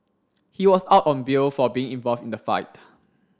he was out on bail for being involved in the fight